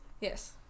yes